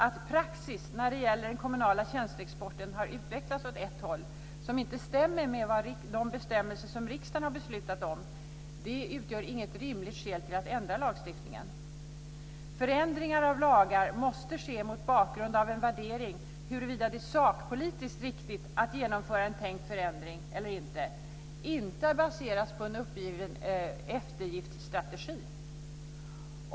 Att "praxis" när det gäller den kommunala tjänsteexporten har utvecklats åt ett håll som inte stämmer med de bestämmelser som riksdagen har beslutat om utgör inget rimligt skäl att ändra lagstiftningen. Förändringar av lagar måste ske mot bakgrund av en värdering av huruvida det är sakpolitiskt riktigt att genomföra en tänkt förändring eller inte, och inte basera sig på en uppgiven "eftergiftsstrategi".